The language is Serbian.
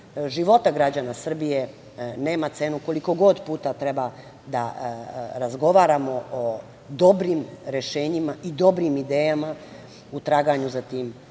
života građana Srbije nema cenu, koliko god puta treba da razgovaramo o dobrim rešenjima i dobrim idejama. U traganju za tim